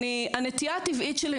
הנטייה הטבעית שלי,